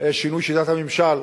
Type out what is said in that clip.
שינוי בשיטת הממשל.